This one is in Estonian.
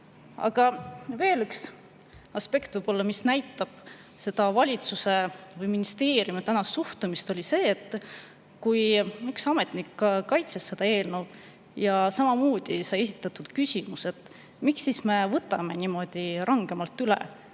Aga veel üks aspekt, mis näitab valitsuse või ministeeriumi tänast suhtumist, oli see, et kui üks ametnik kaitses seda eelnõu ja samamoodi esitati küsimus, et miks me võtame niimoodi rangemalt üle,